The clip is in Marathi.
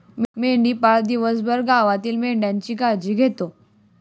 मेंढपाळ दिवसभर गावातील मेंढ्यांची काळजी घेतो